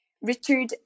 Richard